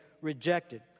rejected